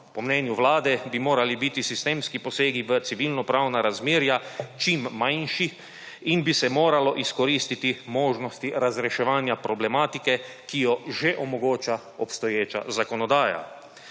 Po mnenju Vlade bi morali biti sistemski posegi v civilnopravna razmerja čim manjši in bi se moralo izkoristiti možnosti razreševanja problematike, ki jo že omogoča obstoječa zakonodaja.